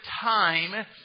time